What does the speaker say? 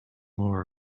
more